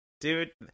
Dude